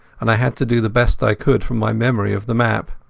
and i had to do the best i could from my memory of the map.